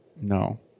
No